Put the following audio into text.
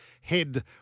Head